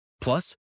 Plus